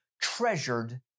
treasured